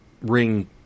Ring